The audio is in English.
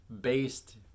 based